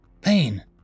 pain